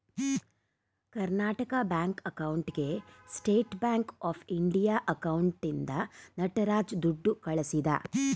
Karnataka bank ಅಕೌಂಟ್ಗೆ state bank of India ಅಕೌಂಟ್ನಿಂದ ನಟರಾಜ ದುಡ್ಡು ಕಳಿಸಿದ